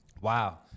Wow